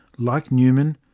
like newman,